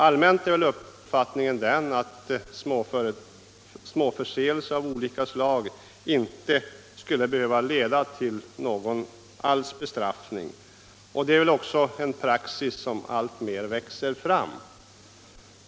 Det är väl en allmän uppfattning att småförseelser inte borde behöva leda till någon bestraffning alls, och det är också en praxis som alltmer växer fram.